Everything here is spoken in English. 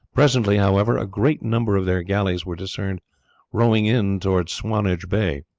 presently, however, a great number of their galleys were discerned rowing in towards swanage bay.